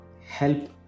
help